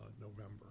November